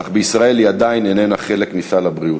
אך בישראל היא עדיין איננה חלק מסל הבריאות.